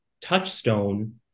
touchstone